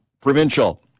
provincial